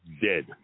dead